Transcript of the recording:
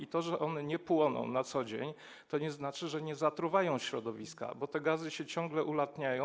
A to, że one nie płoną na co dzień, nie znaczy, że nie zatruwają środowiska, bo te gazy się ciągle ulatniają.